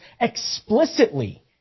explicitly